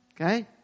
Okay